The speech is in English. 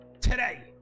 Today